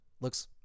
looks